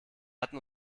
hatten